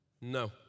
No